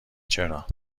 چرا